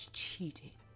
cheating